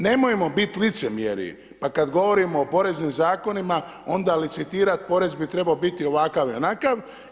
Nemojmo biti licemjeri, pa kada govorimo o poreznim zakonima onda licitirati porez bi trebao biti ovakav i onakav.